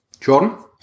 Jordan